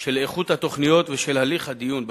של איכות התוכניות ושל הליך הדיון בהן.